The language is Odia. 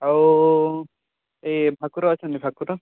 ଆଉ ଏ ଭାକୁର ଅଛନ୍ତି ଭାକୁର